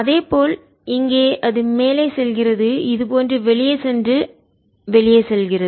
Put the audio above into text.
அதேபோல் இங்கே அது மேலே செல்கிறது இதுபோன்று வெளியே சென்று வெளியே செல்கிறது